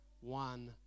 one